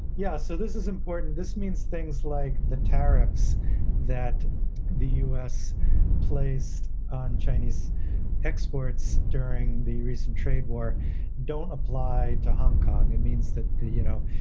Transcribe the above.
yeah. so this is important. this means things like the tariffs that the us placed on chinese exports during the recent trade war don't apply to hong kong it means that, you know,